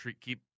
keep